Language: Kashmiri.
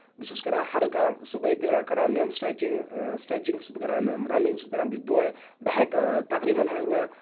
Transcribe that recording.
بہٕ چھُس کران ہر کانٛہہ صبُحٲے تہِ کران یِم سٹرچِنگ چھُس کران رَنِگ چھُس بہٕ کران بہٕ چھُس دۄہے بہٕ ہیٚکہٕ تَقریٖبَن ہیٚکہٕ بہٕ